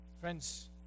Friends